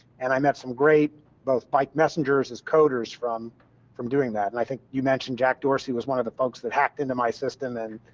and i met some great both bike messengers as coders from from doing that. and i think you mentioned jack dorsey, was one of the folks that hacked into my system, and